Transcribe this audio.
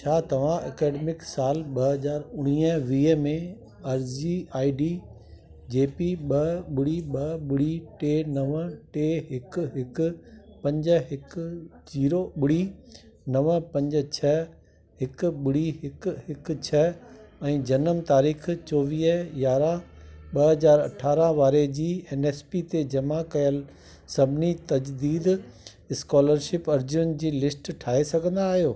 छा तव्हां एकेडमिक साल ॿ हज़ार उणिवीह वीह में अर्ज़ी आई डी जे पी ॿ ॿुड़ी ॿ ॿुड़ी टे नव टे हिकु हिकु पंज हिकु जीरो ॿुड़ी नव पंज छह हिकु ॿुड़ी हिकु हिकु छह ऐं जनम तारीख़ चोवीह यारहं ॿ हज़ार अरिड़हं वारे जी एन एस पी ते जमा कयल सभिनी तज़दीक स्कॉलरशिप अर्जियुनि जी लिस्ट ठाहे सघंदा आहियो